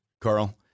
Carl